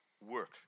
work